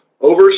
Over